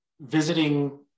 visiting